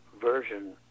version